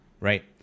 Right